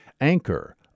Anchor